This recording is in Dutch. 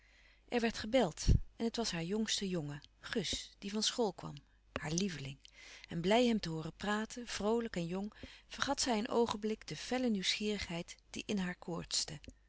er werd gebeld en het was haar jongste jongen gus die van school kwam haar lieveling en blij hem te hooren praten vroolijk en louis couperus van oude menschen de dingen die voorbij gaan jong vergat zij een oogenblik de felle nieuwsgierigheid die in haar koortste